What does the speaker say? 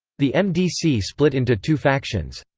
the mdc split into two factions.